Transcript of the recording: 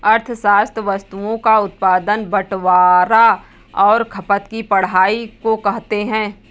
अर्थशास्त्र वस्तुओं का उत्पादन बटवारां और खपत की पढ़ाई को कहते हैं